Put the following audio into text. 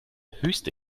höchste